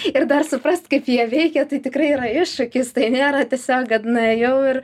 ir dar suprast kaip jie veikia tai tikrai yra iššūkis tai nėra tiesiog kad nuėjau ir